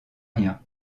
rien